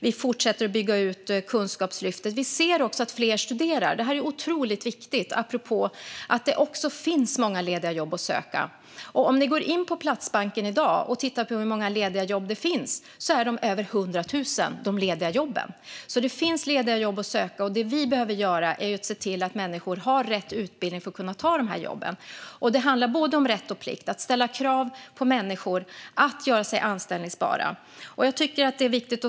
Vi fortsätter också att bygga ut Kunskapslyftet. Vi ser även att fler studerar. Det är otroligt viktigt, apropå att det också finns många lediga jobb att söka. Om ni går in på Platsbanken i dag och tittar på hur många lediga jobb det finns ser ni att det är över 100 000. Det finns alltså lediga jobb att söka, och det vi behöver göra är att se till att människor har rätt utbildning för att kunna ta jobben. Det handlar om både rätt och plikt - det ska ställas krav på människor att göra sig anställbara.